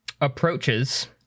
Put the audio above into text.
approaches